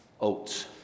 Oats